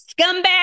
scumbag